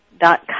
dot